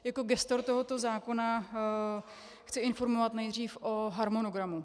Jako gestor tohoto zákona chci informovat nejdřív o harmonogramu.